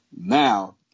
Now